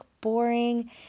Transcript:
boring